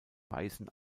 weißen